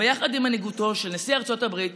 וביחד עם מנהיגותו של נשיא ארצות הברית